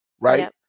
Right